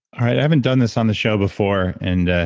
i haven't done this on the show before. and,